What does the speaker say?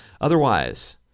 Otherwise